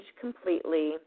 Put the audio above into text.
completely